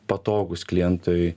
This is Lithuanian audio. patogūs klientui